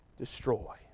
destroy